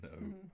No